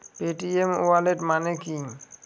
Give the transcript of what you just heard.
Paytm wallet মানে কি?